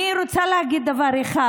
אני רוצה להגיד דבר אחד.